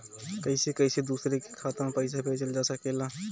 कईसे कईसे दूसरे के खाता में पईसा भेजल जा सकेला?